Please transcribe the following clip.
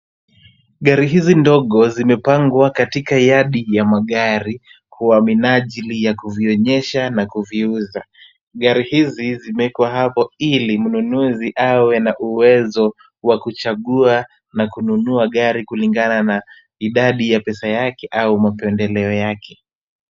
Gari hizi ndogo zimepangwa katika yadi ya magari kwa minajili ya kuvionyesha na kuviuza. Gari hizi zimewekwa hapa ili mnunuzi awe na uwezo wa kuchagua na kununua gari kulingana na idadi ya pesa yake au mapendeleo yake.